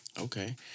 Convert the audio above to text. Okay